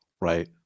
Right